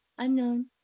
Unknown